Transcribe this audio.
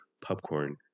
popcorn